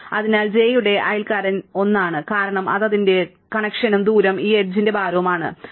അതിനാൽ j യുടെ അയൽക്കാരൻ 1 ആണ് കാരണം അത് അതിന്റെ കണക്ഷനും ദൂരം ഈ എഡ്ജ് ന്റെ ഭാരവുമാണ് ശരിയാണ്